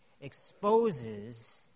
exposes